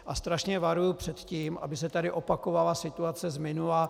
A strašně varuju před tím, aby se tady opakovala situace z minula.